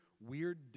weird